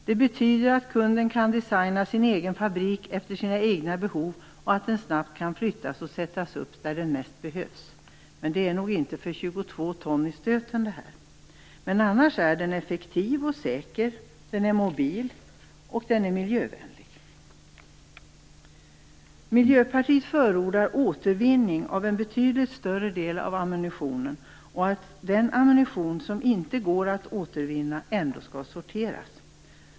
Det betyder att kunden kan designa sin egen fabrik efter sina egna behov och att den snabbt kan flyttas och sättas upp där den mest behövs. Men det handlar nog inte då om 22 ton i stöten. Annars är den effektiv och säker, den är mobil, och den är miljövänlig. Miljöpartiet förordar återvinning av en betydligt större del av ammunitionen och att den ammunition som inte går att återvinna ändå skall sorteras.